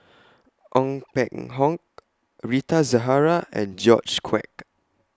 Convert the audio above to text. Ong Peng Hock Rita Zahara and George Quek